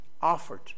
Offered